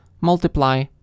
multiply